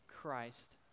Christ